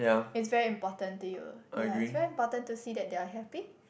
it's very important to you ya it's very important to see that they're happy